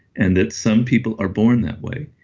and that some people are born that way.